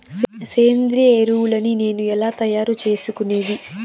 సేంద్రియ ఎరువులని నేను ఎలా తయారు చేసుకునేది?